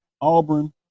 Auburn